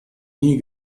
nie